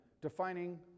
defining